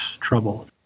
trouble